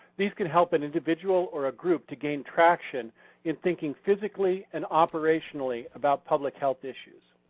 these can help an individual or a group to gain traction in thinking physically and operationally about public health issues.